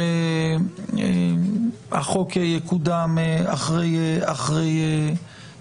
שהחוק יקודם אחרי